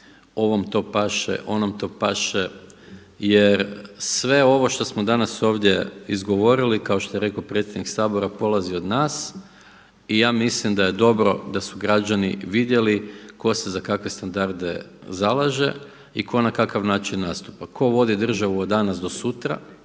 ovom to paše, onom to paše jer sve ovo što smo danas ovdje izgovorili kao što je rekao predsjednik Sabora polazi od nas i ja mislim da je dobro da su građani vidjeli tko se za kakve standarde zalaže i tko na kakav način nastupa, tko vodi državu od danas do sutra